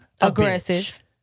aggressive